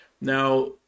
Now